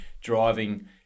driving